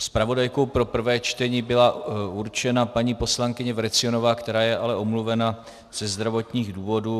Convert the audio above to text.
Zpravodajkou pro prvé čtení byla určena paní poslankyně Vrecionová, která je ale omluvena ze zdravotních důvodů.